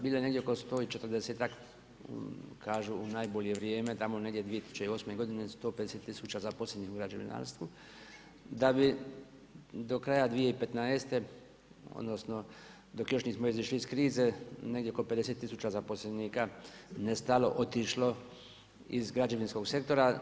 Bilo je negdje oko 140-tak kažu u najbolje vrijeme tamo negdje 2008. godine 150 000 zaposlenih u građevinarstvu, da bi do kraja 2015. odnosno dok još nism izišli iz krize negdje oko 50000 zaposlenika nestalo, otišlo iz građevinskog sektora.